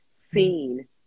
seen